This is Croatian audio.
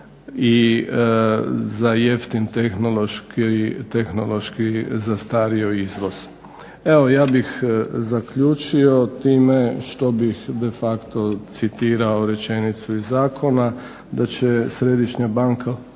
i za jeftin tehnološki zastario izvoz. Evo, ja bih zaključio time što bih de facto citirao rečenicu iz zakona: "Da će središnja banka